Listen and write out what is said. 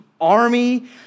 army